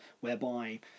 whereby